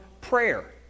prayer